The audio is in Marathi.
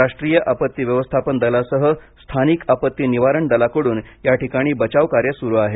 राष्ट्रीय आपत्ती व्यवस्थापन दलासह स्थानिक आपत्ती निवारण दलांकडून या ठिकाणी बचाव कार्य सुरु आहे